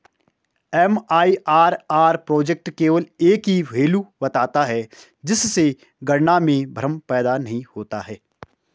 MIRR project केवल एक ही वैल्यू बताता है जिससे गणना में भ्रम पैदा नहीं होता है